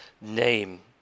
name